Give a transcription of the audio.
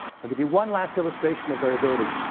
i'll give you one last illustration of variability,